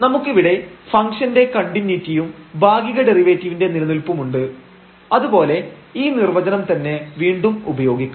┤ നമുക്കിവിടെ ഫംഗ്ഷൻറെ കണ്ടിന്യൂയിറ്റിയും ഭാഗിക ഡെറിവേറ്റീവിന്റെ നിലനിൽപ്പുമുണ്ട് അത്പോലെ ഈ നിർവ്വചനം തന്നെ വീണ്ടും ഉപയോഗിക്കാം